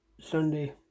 Sunday